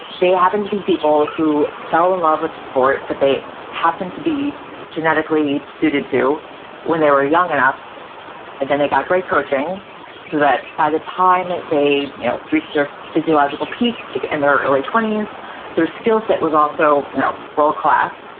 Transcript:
they happen to be people who fell in love with the sport that they happen to be genetically suited to when they were young enough and then they got great coaching so that by the time that and they you know reached their physiological peak peak in their early twenties their skillset was also you know world class.